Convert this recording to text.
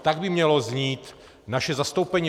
Tak by mělo znít naše zastoupení.